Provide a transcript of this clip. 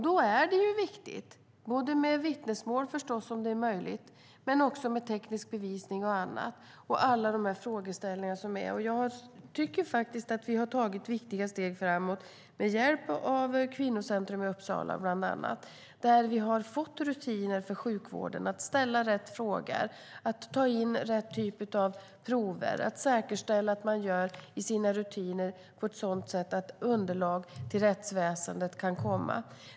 Då är det viktigt både med vittnesmål förstås, om det är möjligt, och med teknisk bevisning och annat. Jag tycker faktiskt att vi har tagit viktiga steg framåt med hjälp av bland annat Kvinnocentrum i Uppsala. Sjukvården har fått rutiner att ställa rätt frågor och att ta rätt typer av prover. Sjukvården ska enligt sina rutiner säkerställa att underlag kan ges till rättsväsendet.